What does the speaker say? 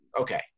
okay